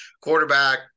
quarterback